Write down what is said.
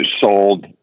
sold